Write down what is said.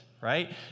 right